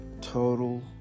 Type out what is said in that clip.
total